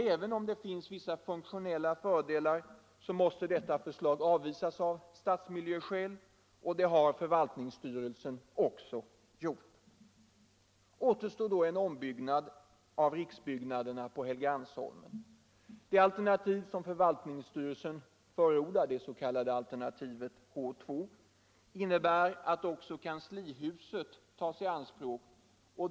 Även om vissa funktionella fördelar finns måste detta förslag avvisas av stadsmiljöskäl, och det har förvaltningsstyrelsen också gjort. Då återstår en ombyggnad av riksbyggnaderna på Helgeandsholmen. Det alternativ som förvaltningsstyrelsen förordar, det s.k. alternativet H 2, innebär att också kanslihuset tas i anspråk.